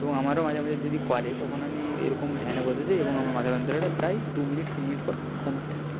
এবং আমারও মাঝে মাঝে যদি করে তখন আমি এরকম ধ্যানে বসে যাই এবং আমার মাথা যন্ত্রণাটা প্রায় দু মিনিট তিন মিনিট পর কমতে থাকে